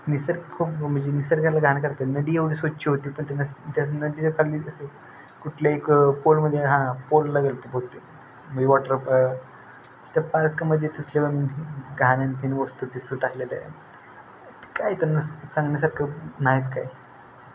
निसर्ग म्हणजे निसर्गाला घाण करतात नदी एवढी स्वच्छ होती पण त्याच त्या नदीच्या खाली जसं कुठल्या एक पोलमध्ये हां पोलला गेलो तो बहुतेक म्हणजे वॉटर पार्क त्या पार्कमध्ये तसल्यावर घाण पण वस्तू पिस्तू टाकलेलं आहे काय त्यांना सांगण्यासारखं नाहीच काय